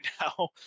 now